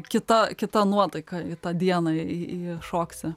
kita kita nuotaika į tą dieną į į įšoksi